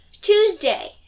tuesday